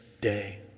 day